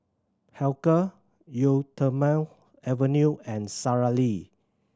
Hilker Eau Thermale Avene and Sara Lee